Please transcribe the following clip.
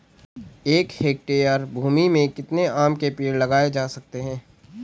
एक हेक्टेयर भूमि में कितने आम के पेड़ लगाए जा सकते हैं?